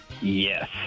Yes